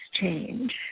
change